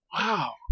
Wow